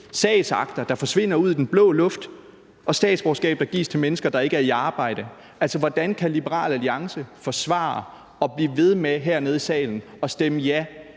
sagsakter forsvinder ud i den blå luft; og statsborgerskaber gives til mennesker, der ikke er i arbejde. Altså, hvordan kan Liberal Alliance forsvare at blive ved med hernede i salen at stemme ja